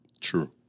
True